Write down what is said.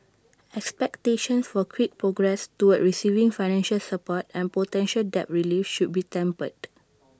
expectations for quick progress toward receiving financial support and potential debt relief should be tempered